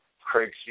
Craig